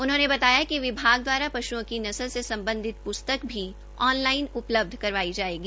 उन्होंने बताया कि विभाग दवारा पशूओं की नस्ल से सम्बंधित प्रस्तक भी ऑनलाइन उपलब्ध करवाई जाएगी